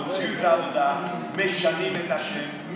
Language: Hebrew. הוציאו את העבודה, משנים את השם.